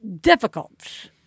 difficult